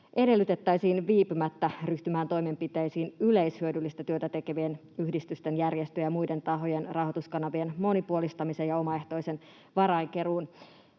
edellytettäisiin viipymättä ryhtymään toimenpiteisiin yleishyödyllistä työtä teke-vien yhdistysten, järjestöjen ja muiden tahojen rahoituskanavien monipuolistamisen ja omaehtoisen varainkeruun